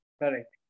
correct